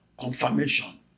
confirmation